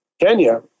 Kenya